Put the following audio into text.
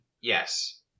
Yes